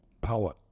power